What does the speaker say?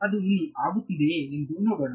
ಅದು ಇಲ್ಲಿ ಆಗುತ್ತಿದೆಯೇ ಎಂದು ನೋಡೋಣ